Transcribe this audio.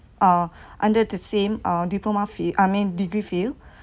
uh under the same uh diploma fie~ I mean degree field